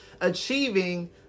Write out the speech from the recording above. achieving